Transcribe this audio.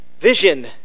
vision